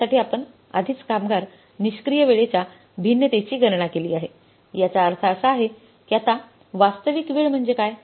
त्यासाठी आपण आधीच कामगार निष्क्रिय वेळेच्या भिन्नतेची गणना केली आहे याचा अर्थ असा आहे की आता वास्तविक वेळ म्हणजे काय